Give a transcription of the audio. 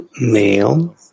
male